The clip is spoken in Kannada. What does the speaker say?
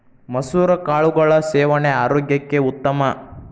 ಮಸುರ ಕಾಳುಗಳ ಸೇವನೆ ಆರೋಗ್ಯಕ್ಕೆ ಉತ್ತಮ